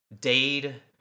Dade